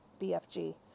BFG